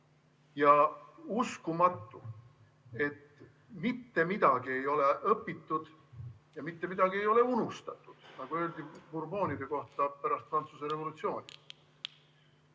Uskumatu, et mitte midagi ei ole õpitud ja mitte midagi ei ole unustatud, nagu öeldi Bourbonide kohta pärast Prantsuse revolutsiooni.